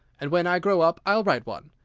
and when i grow up, i'll write one